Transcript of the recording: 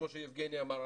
כמו שיבגני אמר,